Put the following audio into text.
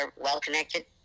well-connected